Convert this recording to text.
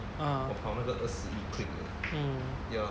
uh mm